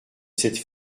cette